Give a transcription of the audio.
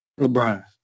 LeBron